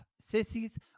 Sissies